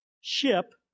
ship